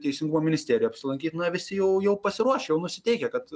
teisingumo ministerijoj apsilankyt na visi jau jau pasiruošę jau nusiteikę kad